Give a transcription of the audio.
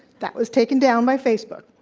that was taken down by facebook.